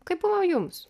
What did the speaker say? kaip buvo jums